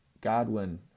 Godwin